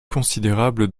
considérables